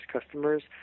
customers